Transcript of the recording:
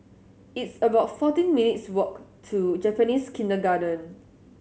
it's about fourteen minutes' walk to Japanese Kindergarten